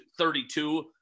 32